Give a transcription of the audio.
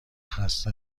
خسته